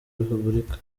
repubulika